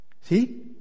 See